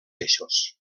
eixos